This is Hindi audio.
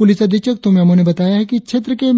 पुलिस अधीक्षक तुम्मे अमो ने बताया है कि क्षेत्र के